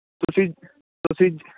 ਤੁਸੀਂ ਤੁਸੀਂ